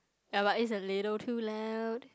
ya but it's a little too loud